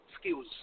skills